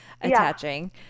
attaching